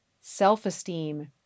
self-esteem